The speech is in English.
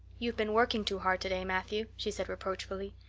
you've been working too hard today, matthew, she said reproachfully.